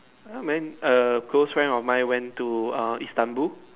ya man err close friends of mine went to err Istanbul